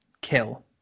Kill